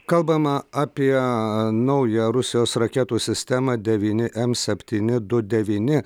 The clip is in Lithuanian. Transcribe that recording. kalbama apie naują rusijos raketų sistemą devyni m septyni du devyni